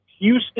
Houston